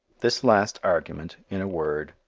this last argument, in a word,